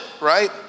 right